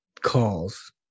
calls